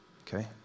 Okay